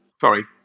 Sorry